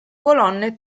colonne